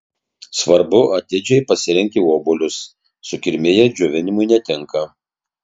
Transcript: svarbu atidžiai pasirinkti obuolius sukirmiję džiovinimui netinka